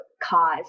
cause